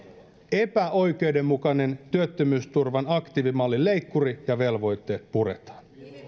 epäoikeudenmukainen työttömyysturvan aktiivimallin leikkuri ja velvoitteet puretaan